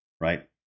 right